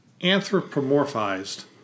anthropomorphized